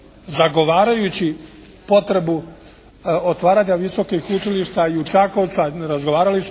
zagovarajući potrebu otvaranja visokih učilišta i u Čakovcu razgovarali smo